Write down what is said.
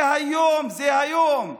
זה היום, זה היום.